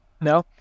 No